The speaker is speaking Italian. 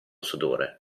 sudore